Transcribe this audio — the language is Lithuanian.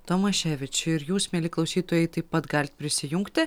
tomaševič ir jūs mieli klausytojai taip pat galit prisijungti